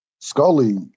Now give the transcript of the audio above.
Scully